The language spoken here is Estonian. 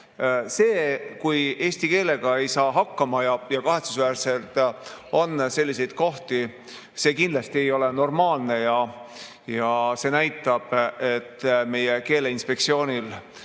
kui eesti keelega ei saa hakkama – ja kahetsusväärselt on selliseid kohti –, kindlasti ei ole normaalne. See näitab, et meie keeleinspektsioonil